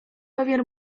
pewien